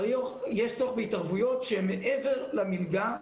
יש צורך בהתערבויות שהן מעבר למלגה,